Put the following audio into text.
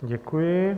Děkuji.